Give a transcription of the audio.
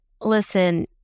listen